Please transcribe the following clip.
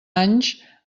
anys